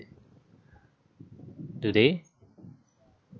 do they